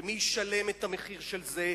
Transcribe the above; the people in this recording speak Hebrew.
ומי ישלם את המחיר של זה,